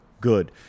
good